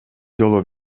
жолу